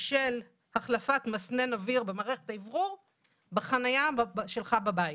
של החלפת מסנן אוויר במערכת האוורור בחניה שלך בבית.